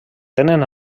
tenen